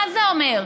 מה זה אומר?